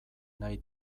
nahi